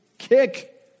Kick